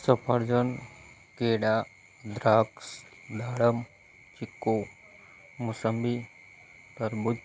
સફરજન કેળા દ્રાક્ષ દાળમ ચીકુ મોસંબી તરબૂચ